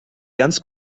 ganz